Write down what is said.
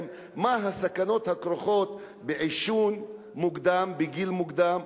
מה הסכנות הכרוכות בעישון בגיל מוקדם,